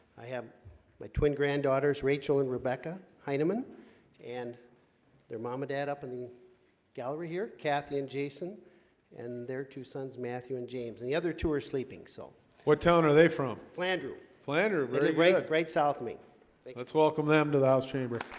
i have like twin granddaughters rachel and rebecca hyneman and their mom and dad up in the gallery here kathy and jason and their two sons matthew and james and the other two are sleeping so what tone are they from flandreau flanders but great-great south me let's welcome them to the house chamber i